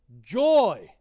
joy